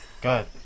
Good